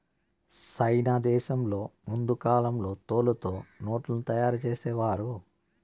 సైనా దేశంలో ముందు కాలంలో తోలుతో నోట్లను తయారు చేసేవారు